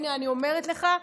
הינה אני אומרת לך,